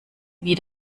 wie